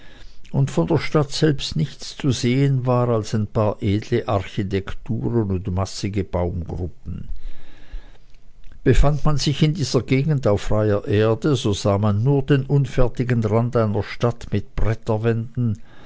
und von der stadt selbst nichts zu sehen war als ein paar edle architekturen und massige baumgruppen befand man sich in dieser gegend auf freier erde so sah man nur den unfertigen rand einer stadt mit